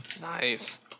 Nice